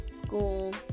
school